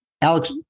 Alex